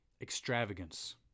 Extravagance